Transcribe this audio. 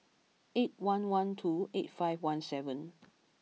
eight one one two eight five one seven